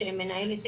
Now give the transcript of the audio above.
תלמידים,